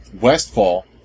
Westfall